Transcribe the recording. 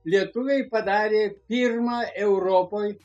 lietuviai padarė pirmą europoj